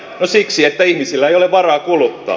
no siksi että ihmisillä ei ole varaa kuluttaa